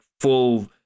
full